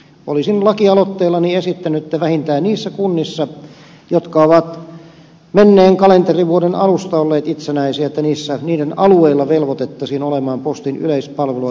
olisin lakialoitteellani esittänyt että vähintään niiden kuntien alueella jotka ovat menneen kalenterivuoden alusta olleet itsenäisiä velvoitettaisiin olemaan postin yleispalvelua tarjoava piste